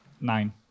nine